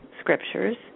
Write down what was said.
scriptures